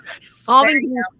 solving